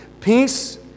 peace